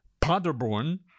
Paderborn